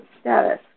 status